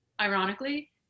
ironically